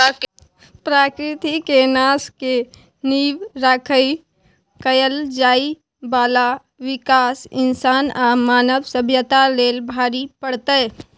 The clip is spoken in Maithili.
प्रकृति के नाश के नींव राइख कएल जाइ बाला विकास इंसान आ मानव सभ्यता लेल भारी पड़तै